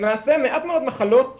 למעשה מעט מאוד מחלות בימינו,